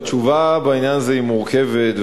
התשובה בעניין הזה היא מורכבת,